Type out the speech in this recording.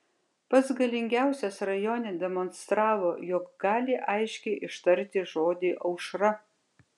pats galingiausias rajone demonstravo jog gali aiškiai ištarti žodį aušra